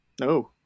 no